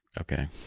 Okay